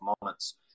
moments